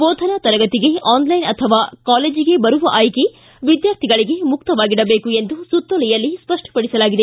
ಬೋಧನಾ ತರಗತಿಗೆ ಆನ್ಲೈನ್ ಅಥವಾ ಕಾಲೇಜಿಗೆ ಬರುವ ಆಯ್ಕೆ ವಿದ್ಯಾರ್ಥಿಗಳಿಗೆ ಮುಕ್ತವಾಗಿಡಬೇಕು ಎಂದು ಸುತ್ತೋಲೆಯಲ್ಲಿ ಸ್ವಪ್ಟಪಡಿಸಲಾಗಿದೆ